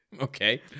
okay